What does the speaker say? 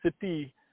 city